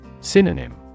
Synonym